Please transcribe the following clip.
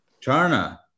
Charna